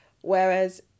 Whereas